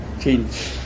change